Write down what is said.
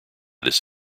this